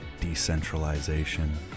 decentralization